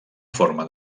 forma